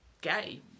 gay